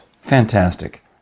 Fantastic